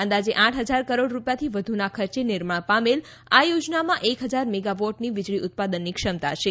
અંદાજે આઠ હજાર કરોડ રૂપિયાથી વધુના ખર્ચે નિર્માણ પામેલ આ યોજનામાં એક હજાર મેગાવોટની વિજળી ઉત્પાદનની ક્ષમતા છે